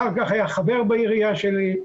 אחר כך היה חבר בעירייה שלי,